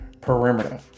perimeter